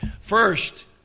First